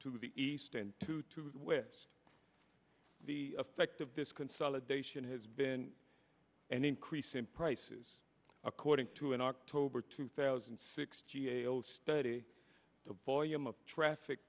to the east and two to which the effect of this consolidation has been an increase in prices according to an october two thousand and six g a o study the volume of traffic